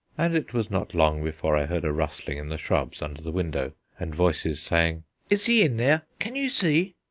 and it was not long before i heard a rustling in the shrubs under the window and voices saying is he in there? can you see?